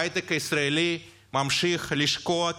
ההייטק הישראלי ממשיך לשקוע,